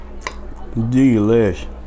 delish